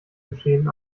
geschehen